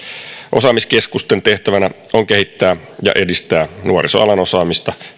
osaamiskeskusten tehtävänä on kehittää ja edistää nuorisoalan osaamista